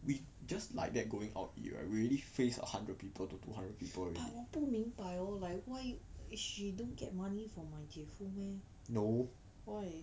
we just like that going out you already face a hundred people to two hundred people already no